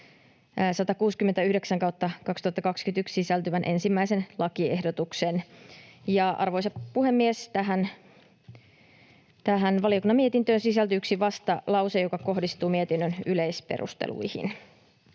169/2021 sisältyvän 1. lakiehdotuksen. Arvoisa puhemies! Tähän valiokunnan mietintöön sisältyy yksi vastalause, joka kohdistuu mietinnön yleisperusteluihin.